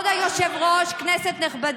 מה הם עשו,